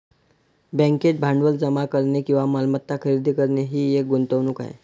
बँकेत भांडवल जमा करणे किंवा मालमत्ता खरेदी करणे ही एक गुंतवणूक आहे